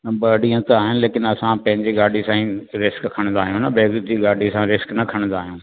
ॿ ॾींहं त आहिनि लेकिन असां पंहिंजी गाॾी सां ई रिस्क खणंदा आहियूं न ॿिए जी गाॾी सां रिस्क न खणंदा आहियूं